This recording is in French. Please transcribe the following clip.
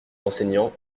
enseignants